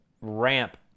ramp